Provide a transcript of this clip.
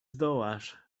zdołasz